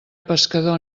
pescador